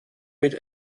mit